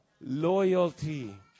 Loyalty